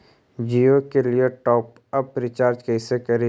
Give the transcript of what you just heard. जियो के लिए top up recharge कैसे करी?